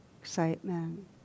excitement